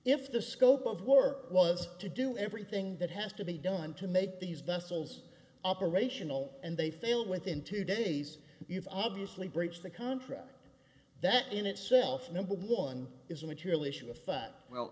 if the scope of work was to do everything that has to be done to make these vessels operational and they fail within two days you've obviously breached the contract that in itself number one is a material issue a fact well